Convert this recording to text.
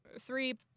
Three